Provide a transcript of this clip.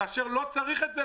כאשר לא צריך את זה.